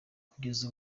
kugeza